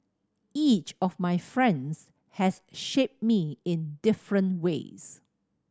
each of my friends has shaped me in different ways